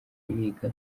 yiga